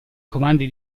comandi